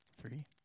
three